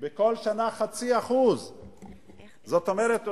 בכל שנה 0.5%. זאת אומרת,